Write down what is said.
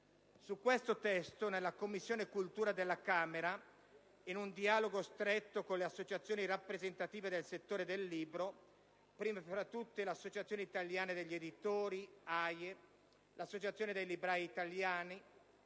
Su questo testo, presso la Commissione cultura della Camera e in un dialogo stretto con le associazioni rappresentative del settore del libro, prime tra tutte l'Associazione italiana degli editori (AIE) e l'Associazione dei librai italiani